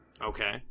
Okay